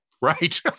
Right